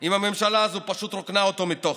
אם הממשלה הזאת פשוט רוקנה אותו מתוכן?